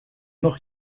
noch